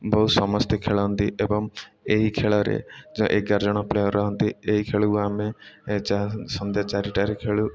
ବହୁତ ସମସ୍ତେ ଖେଳନ୍ତି ଏବଂ ଏହି ଖେଳରେ ଯେଉଁ ଏଗାର ଜଣ ପ୍ଲେୟାର ରୁହନ୍ତି ଏହି ଖେଳକୁ ଆମେ ସନ୍ଧ୍ୟା ଚାରିଟାରେ ଖେଳୁ